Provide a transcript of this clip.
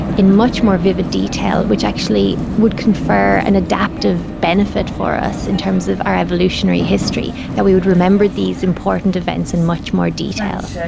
in much more vivid detail which actually would confer an adaptive benefit for us in terms of our evolutionary history, that we would remember these important events in much more detail.